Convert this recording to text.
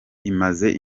imaze